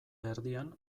erdian